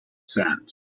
sand